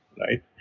Right